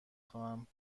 خواهم